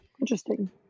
Interesting